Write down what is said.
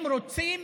הם רוצים